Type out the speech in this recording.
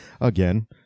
Again